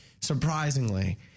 surprisingly